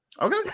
Okay